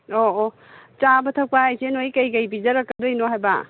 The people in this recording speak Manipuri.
ꯑꯣ ꯑꯣ ꯆꯥꯕ ꯊꯛꯄ ꯍꯥꯏꯁꯦ ꯅꯣꯏ ꯀꯩꯀꯩ ꯄꯤꯖꯔꯛꯀꯗꯣꯏꯅꯣ ꯍꯥꯏꯕ